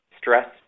stress